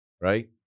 right